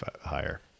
higher